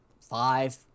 five